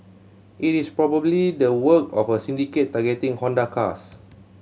it is probably the work of a syndicate targeting Honda cars